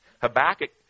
habakkuk